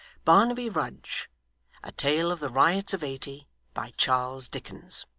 barnaby rudge a tale of the riots of eighty by charles dickens